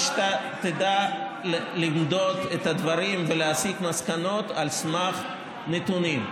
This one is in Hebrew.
שאתה תדע למדוד את הדברים ולהסיק מסקנות על סמך נתונים.